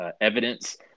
Evidence